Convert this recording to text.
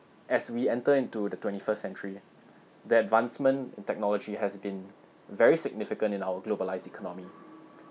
as we enter into the twenty-first century the advancement in technology has been very significant in our globalised economy